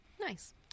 nice